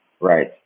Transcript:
right